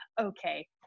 okay